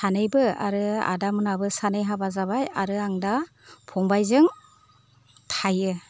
सानैबो आरो आदामोनहाबो सानै हाबा जाबाय आरो आं दा फंबायजों थायो